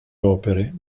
opere